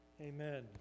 Amen